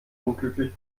unglücklich